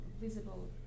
visible